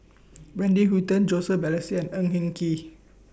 Wendy Hutton Joseph Balestier and Ng Eng Kee